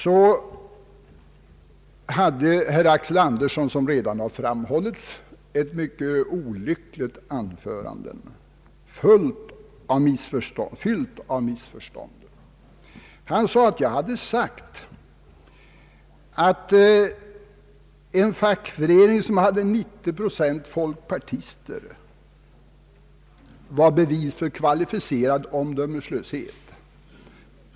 Herr Axel Andersson höll, som redan framhållits, ett mycket olyckligt anförande, fyllt av missförstånd. Enligt honom skulle jag ha sagt att en fackförening med 90 procent folkpartister var ett bevis för kvalificerad omdömeslöshet.